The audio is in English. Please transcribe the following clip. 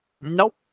Nope